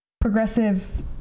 progressive